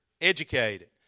educated